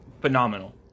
phenomenal